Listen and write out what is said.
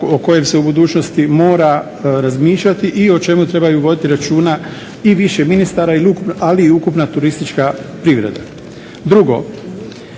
o kojem se u budućnosti mora razmišljati i o čemu trebaju voditi računa i više ministara ali i ukupna turistička privreda. Drugo,